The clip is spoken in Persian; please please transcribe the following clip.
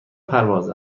پرواز